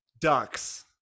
ducks